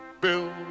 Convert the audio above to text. build